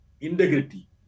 Integrity